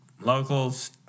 Locals